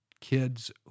kids